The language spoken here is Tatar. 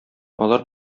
алар